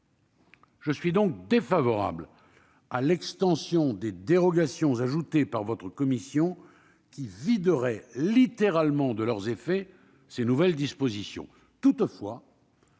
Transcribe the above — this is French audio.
Je suis donc défavorable à l'extension des dérogations voulue par votre commission, car elle viderait littéralement de leurs effets ces nouvelles dispositions.